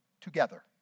together